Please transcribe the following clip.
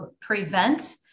prevent